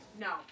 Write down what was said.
No